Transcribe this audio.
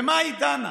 במה היא דנה?